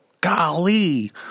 Golly